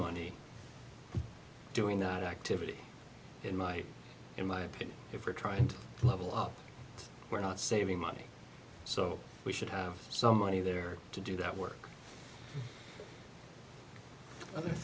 money doing that activity in my in my opinion if we're trying to level out we're not saving money so we should have some money there to do that work th